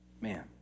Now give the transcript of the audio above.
Man